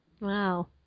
Wow